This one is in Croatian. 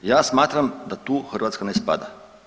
Ja smatram da tu Hrvatska ne spada.